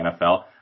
NFL